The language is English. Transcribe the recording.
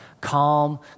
calm